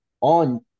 on